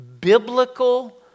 biblical